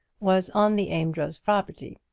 was on the amedroz property,